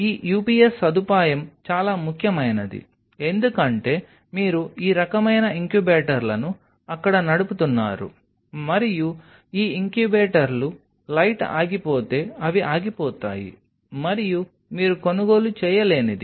ఈ UPS సదుపాయం చాలా ముఖ్యమైనది ఎందుకంటే మీరు ఈ రకమైన ఇంక్యుబేటర్లను అక్కడ నడుపుతున్నారు మరియు ఈ ఇంక్యుబేటర్లు లైట్ ఆగిపోతే అవి ఆగిపోతాయి మరియు మీరు కొనుగోలు చేయలేనిది